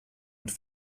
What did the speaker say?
und